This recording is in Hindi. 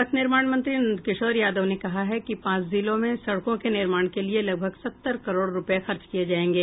पथ निर्माण मंत्री नंदकिशोर यादव ने कहा है कि पांच जिलों में सड़कों के निर्माण के लिए लगभग सत्तर करोड़ रूपये खर्च किये जायेंगे